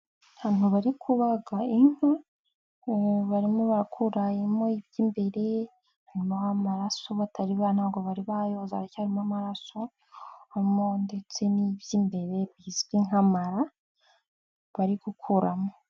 Abantu bari kubaga inka, barimo barakuramo iby'imbere harimo amaraso batari ntango bari bayoza haracyarimo amarasomo harimo ndetse n'iby'imbere bizwi nk'amara bari gukuramo